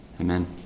Amen